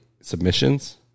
submissions